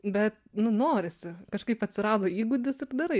bet nu norisi kažkaip atsirado įgūdis ir darai